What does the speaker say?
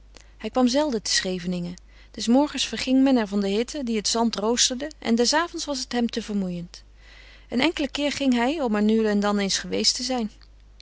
hij kwam zelden te scheveningen des morgens verging men er van de hitte die het zand roosterde en des avonds was het hem te vermoeiend een enkelen keer ging hij om er nu en dan eens geweest te zijn